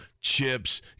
chips